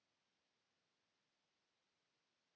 Kiitos,